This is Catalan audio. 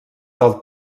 del